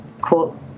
quote